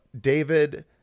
david